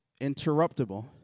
interruptible